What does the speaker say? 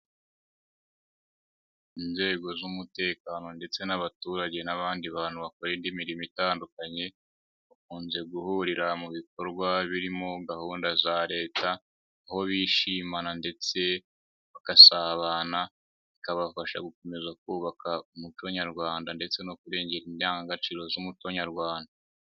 Inzego z'umutekano ndetse n'abaturage n'abandi bantu bakora indi mirimo itandukanye, bakunze guhurira mu bikorwa birimo gahunda za leta, aho bishimana ndetse bagasabana, bikabafasha gukomeza kubaka umuco nyarwanda ndetse no kurengera indangagaciro z'umuco nyarwanda.